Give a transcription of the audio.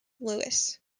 lewis